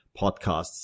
podcasts